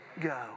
go